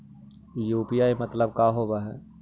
UPI मतलब का होब हइ?